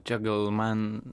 čia gal man